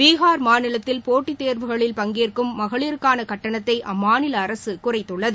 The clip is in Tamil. பீஹார் மாநிலத்தில் போட்டித்தேர்வுகளில் பங்கேற்கும் மகளிருக்கான கட்டணத்தை அம்மாநில அரக குறைத்துள்ளது